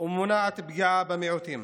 ומונעת פגיעה במיעוטים.